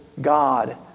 God